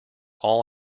all